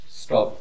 stop